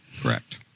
Correct